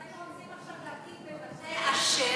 לכן רוצים עכשיו להקים במטה-אשר,